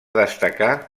destacar